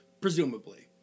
presumably